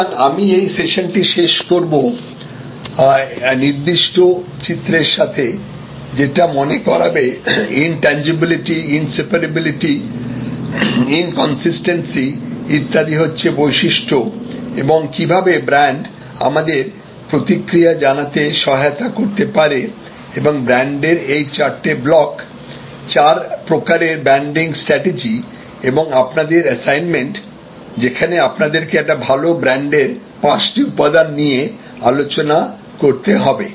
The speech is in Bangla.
সুতরাং আমি এই সেশনটি শেষ করব নির্দিষ্ট চিত্রের সাথেযেটা মনে করাবে ইনট্যানজিবিলিটি ইন্সেপারাবিলিটি ইনকনসিস্টেনসি ইত্যাদি হচ্ছে বৈশিষ্ট্য এবং কীভাবে ব্র্যান্ড আমাদের প্রতিক্রিয়া জানাতে সহায়তা করতে পারে এবং ব্র্যান্ডের এই চারটি ব্লক চার প্রকারের ব্র্যান্ডিং স্ট্যাটেজি এবং আপনাদের অ্যাসাইনমেন্ট যেখানে আপনাদেরকে একটি ভাল ব্র্যান্ডের পাঁচটি উপাদান নিয়ে আলোচনা করতে হবে